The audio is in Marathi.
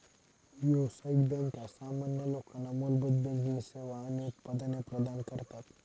व्यावसायिक बँका सामान्य लोकांना मूलभूत बँकिंग सेवा आणि उत्पादने प्रदान करतात